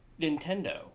Nintendo